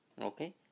okay